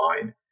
fine